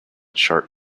chart